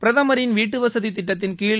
பிரதமரின் வீட்டுவசதி திட்டத்தின்கீழ்